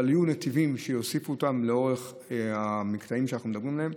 אבל יהיו נתיבים שיוסיפו לאורך המקטעים שאנחנו מדברים עליהם,